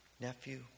nephew